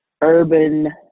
urban